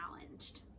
challenged